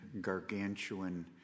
gargantuan